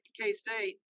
K-State